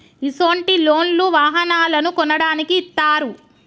ఇసొంటి లోన్లు వాహనాలను కొనడానికి ఇత్తారు